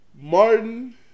Martin